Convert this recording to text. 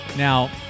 Now